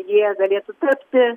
jie galėtų tapti